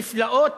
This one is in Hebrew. נפלאות,